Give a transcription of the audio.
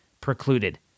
precluded